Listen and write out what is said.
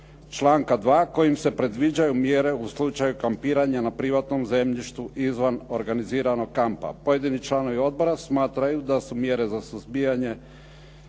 članka 2. kojim se predviđaju mjere u slučaju kampiranju na privatnom zemljištu izvan organiziranog kampa. Pojedini članovi odbora smatraju da su mjere za suzbijanje